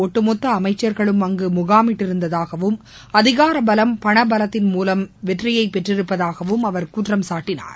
ஒட்டுமொத்த அமைச்சர்களும் அங்கு முகாமிட்டிருந்ததாகவும் அதிகார பவம் பணபலத்தின் மூவம் வெற்றியை பெற்றிருப்பதாகவும் அவர் குற்றம் சாட்டியுள்ளார்